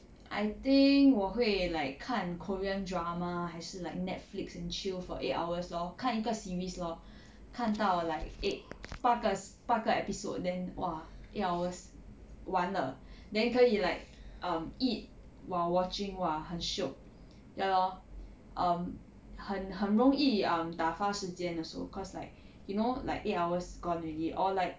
I think 我会 like 看 korean drama 还是 like netflix and chill for eight hours lor 看一个 series lor 看到 like eight 八个 s~ 八个 episode then !wah! eight hours 完了 then 可以 like um eat while watching !wah! 很 shiok ya lor um 很很容易 um 打发时间 also cause like you know like eight hours gone already or like